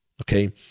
okay